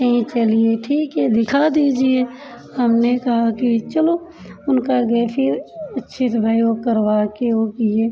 कहीं चलिए ठीक है दिखा दीजिए हमने कहा कि चलो उनका गए फिर अच्छे से भई ओ करवा के ओ किए